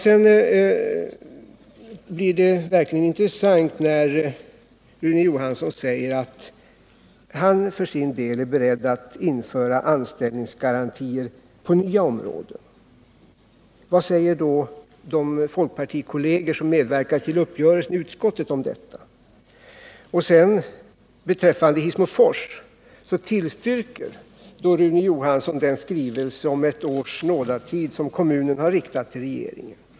Sedan blir det verkligen intressant när Rune Johansson säger att han för sin del är beredd att införa anställningsgarantier på nya områden. Vad säger då de folkpartikolleger som medverkat till uppgörelsen i utskottet om detta? Beträffande Hissmofors tillstyrker Rune Johansson den skrivelse om ett års nådatid som kommunen har riktat till regeringen.